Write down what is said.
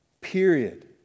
period